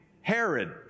Herod